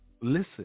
listen